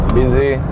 busy